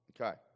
Okay